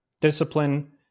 Discipline